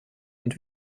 und